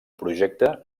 projecte